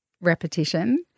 repetition